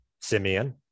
Simeon